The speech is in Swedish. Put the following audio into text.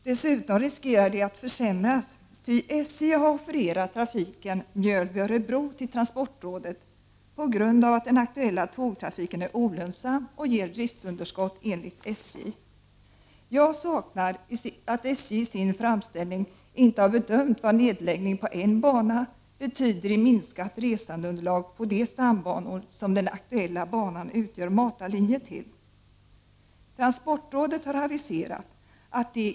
Dessutom riskerar de att försämras, ty SJ har offererat trafiken Mjölby — Örebro till transportrådet på grund av att den aktuella tågtrafiken är olönsam och ger driftsunderskott enligt SJ. Jag saknar att SJ i sin framställning inte har bedömt vad nedläggning på en bana betyder i minskat resandeunderlag på de stambanor som den aktuella banan utgör matarlinje till.